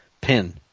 pin